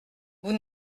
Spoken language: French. vous